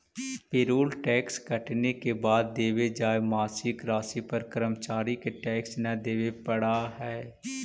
payroll tax कटने के बाद देवे जाए मासिक राशि पर कर्मचारि के टैक्स न देवे पड़ा हई